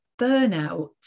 burnout